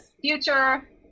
future